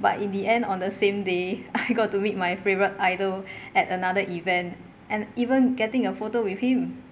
but in the end on the same day I got to meet my favourite idol at another event and even getting a photo with him